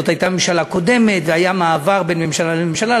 זו הייתה ממשלה קודמת והיה מעבר בין ממשלה לממשלה,